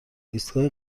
ایستگاه